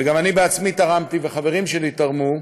וגם אני בעצמי תרמתי וחברים שלי תרמו,